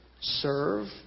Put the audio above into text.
serve